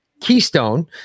keystone